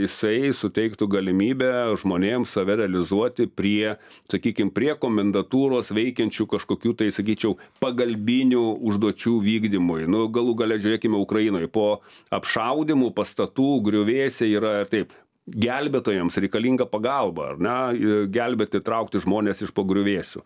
jisai suteiktų galimybę žmonėms save realizuoti prie sakykim prie komendatūros veikiančių kažkokių tai sakyčiau pagalbinių užduočių vykdymui nu galų gale žiūrėkime ukrainoj po apšaudymų pastatų griuvėsiai yra ir taip gelbėtojams reikalinga pagalba ar ne ir gelbėt ir traukti žmones iš po griuvėsių